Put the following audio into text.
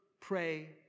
pray